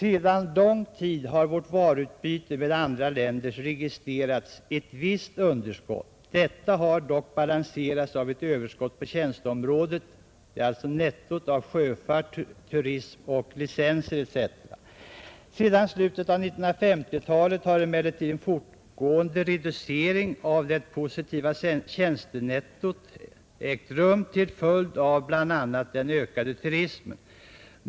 Sedan lång tid har för vårt varuutbyte med andra länder registrerats ett visst underskott. Detta har dock balanserats av ett överskott på tjänsteområdet — nettot av sjöfart, turism, licenser etc. Sedan slutet av 1950-talet har emellertid en fortgående reducering av det positiva tjänstenettot ägt rum till följd av bl.a. den ökande turismen.